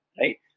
right